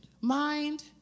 Mind